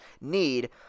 need